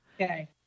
Okay